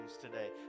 today